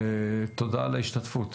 תודה על ההשתתפות.